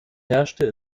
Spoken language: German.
herrschte